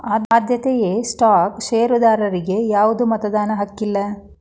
ಆದ್ಯತೆಯ ಸ್ಟಾಕ್ ಷೇರದಾರರಿಗಿ ಯಾವ್ದು ಮತದಾನದ ಹಕ್ಕಿಲ್ಲ